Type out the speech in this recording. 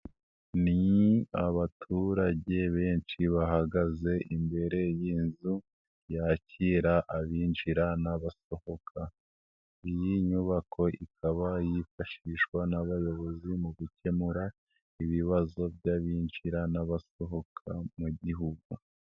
Ni abaturage benshi bahagaze imbere y'inzu yakira abinjira n'abasohoka. Iyi nyubako ikaba yifashishwa n'abayobozi mu gukemura ibibazo by'abinjira n'abasohoka mu gihugu.